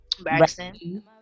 Braxton